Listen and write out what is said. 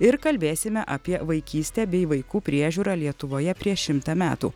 ir kalbėsime apie vaikystę bei vaikų priežiūrą lietuvoje prieš šimtą metų